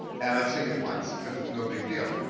and i sing it once cause it's no big deal.